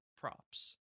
props